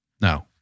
No